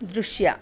ದೃಶ್ಯ